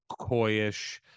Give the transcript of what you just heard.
coyish